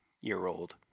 year-old